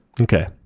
Okay